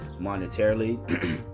monetarily